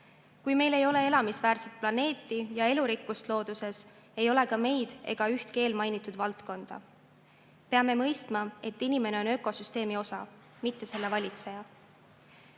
Kui meil ei ole elamisväärset planeeti ja elurikkust looduses, ei ole ka meid ega ühtki eelmainitud valdkonda. Peame mõistma, et inimene on ökosüsteemi osa, mitte selle valitseja.